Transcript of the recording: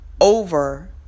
over